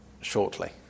shortly